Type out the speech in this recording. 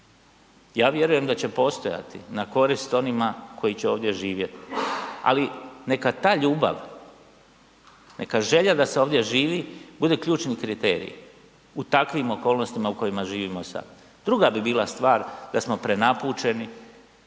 Ja vjerujem da će postojati na korist onima koji će ovdje živjeti. Ali neka ta ljubav, neka želja da se ovdje živi bude ključni kriterij u takvim okolnostima u kojima živimo i sad. Druga bi bila stvar da smo prenapučeni